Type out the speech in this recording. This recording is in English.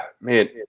man